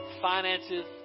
finances